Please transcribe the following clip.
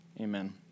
Amen